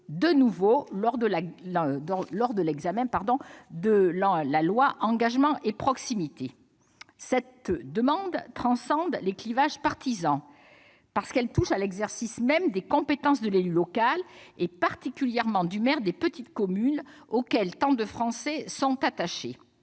de nouveau lors de l'examen de la loi Engagement et proximité. Cette demande transcende les clivages partisans, parce qu'elle touche à l'exercice même des compétences de l'élu local, et particulièrement des maires des petites communes, auxquels tant de Français sont attachés.